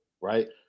right